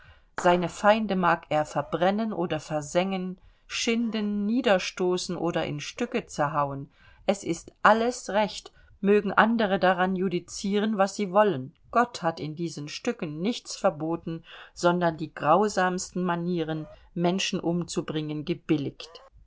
seine feinde mag er verbrennen oder versengen schinden niederstoßen oder in stücke zerhauen es ist alles recht mögen andere daran judizieren was sie wollen gott hat in diesen stücken nichts verboten sondern die grausamsten manieren menschen umzubringen gebilliget